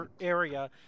area